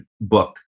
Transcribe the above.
book